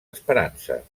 esperances